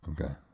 Okay